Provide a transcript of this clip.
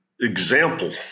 example